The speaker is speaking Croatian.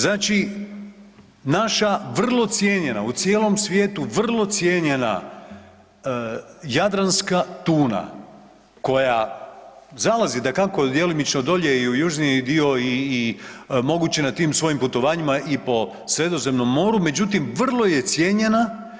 Znači naša vrlo cijenjena, u cijelom svijetu vrlo cijenjena jadranska tuna koja zalazi dakako djelomično dolje i u južniji dio i moguće na tim svojim putovanjima i po Sredozemnom moru međutim vrlo je cijenjena.